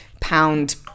pound